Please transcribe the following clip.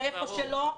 מאיפה שלא יהיה,